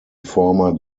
former